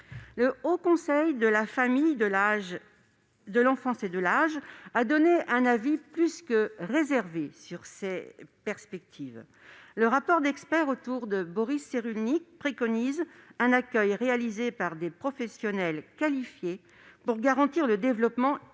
Le Haut Conseil de la famille, de l'enfance et de l'âge a rendu un avis plus que réservé sur ces perspectives. Le rapport du groupe d'experts réunis autour de Boris Cyrulnik préconise un accueil réalisé par des professionnels qualifiés pour garantir le développement et